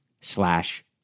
slash